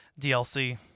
DLC